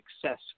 success